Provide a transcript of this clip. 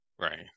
Right